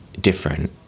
different